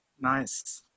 Nice